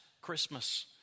Christmas